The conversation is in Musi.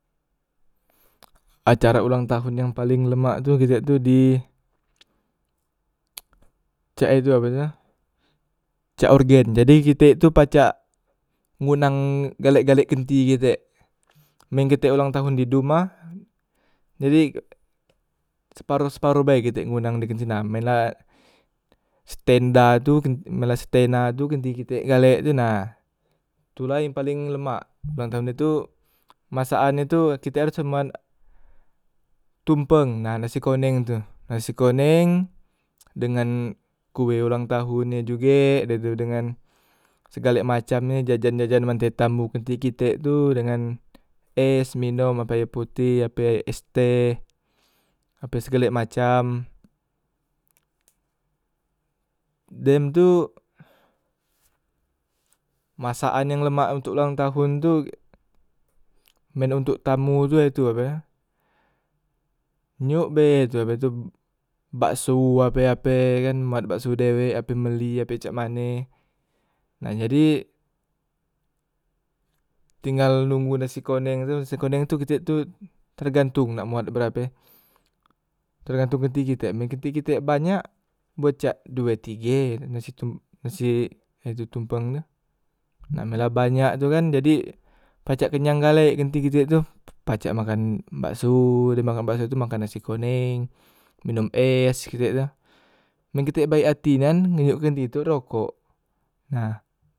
Acara ulang tahun yang paling lemak tu kite tu di cak itu ape tu, cak orgen jadi kite tu pacak ngundang galek- galek kenti kitek, men kite ulang tahon di dumah jadi separoh- separoh bae kite ngundang di kensina, men la stenda tu kenti kite galek tu nah itula yang paleng lemak ulang tahon nye tu masakannye tu kite harus cuman tumpeng nase koneng, nah nasi koneng tu, nase koneng dengan kue ulang tahon nye juge de tu dengan segale macam nye jajan- jajan men te tambo kenti kite tu dengan es, minom, ape ayo putih, ape es teh ape segale macam, dem tu masakan yang lemak untok ulang tahon tu men untok tamu tu he tu ape njok be tu ape tu bakso ape ape kan, mbuat bakso dewek ape beli ape cak mane, nah jadi tinggal nunggu nase koneng tu nase koneng tu kite tu tergantung nak muat berape tergantung kenti kite men kenti kite banyak mbuat cak due tige nasi, nasi tumpeng tu, name la banyak tu kan jadi pacak kenyang gale kenti kite tu, pacak makan mbakso dem makan bakso tu makan nase koneng, minom es kite tu, men kite baek ati nian njok kenti tu rokok nah.